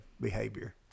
behavior